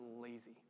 lazy